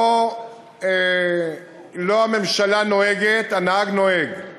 לא הממשלה נוהגת, הנהג נוהג.